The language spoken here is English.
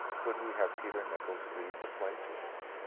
could we have peter nichols read the play to us?